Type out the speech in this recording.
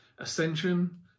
ascension